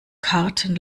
karten